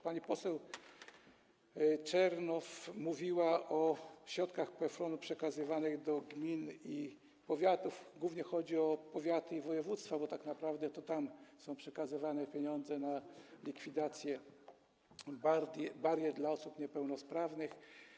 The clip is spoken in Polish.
Pani poseł Czernow mówiła o środkach PFRON-u przekazywanych do gmin i powiatów, głównie chodzi o powiaty i województwa, bo tak naprawdę to tam są przekazywane pieniądze na likwidację barier dla osób niepełnosprawnych.